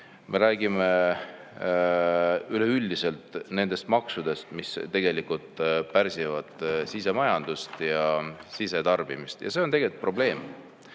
me räägime üleüldiselt nendest maksudest, mis tegelikult pärsivad sisemajandust ja sisetarbimist, ja see on tegelikult probleem.